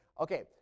Okay